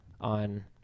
on